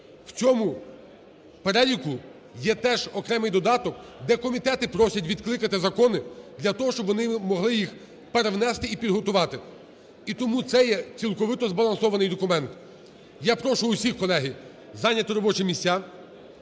В цьому переліку є теж окремий додаток, де комітети просять відкликати закони для того, щоб вони могли їхперевнести і підготувати. І тому це є цілковито збалансований документ. Я прошу всіх, колеги, зайняти робочі місця,